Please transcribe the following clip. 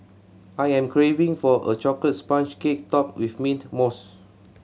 I am craving for a chocolate sponge cake topped with mint mousse